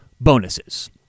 Bonuses